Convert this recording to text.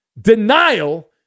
denial